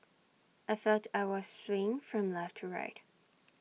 I felt I was swaying from left to right